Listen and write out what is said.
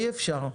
אי-אפשר.